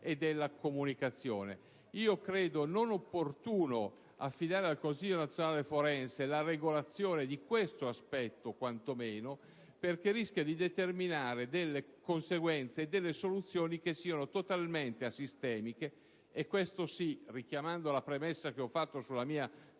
e della comunicazione. Ritengo non opportuno affidare al Consiglio nazionale forense la regolazione di questo aspetto, quantomeno, perché rischia di determinare delle conseguenze e delle soluzioni totalmente asistemiche. E questo sì, richiamando la premessa che ho fatto sulla mia